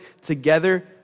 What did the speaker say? together